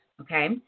Okay